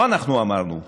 לא אנחנו אמרנו.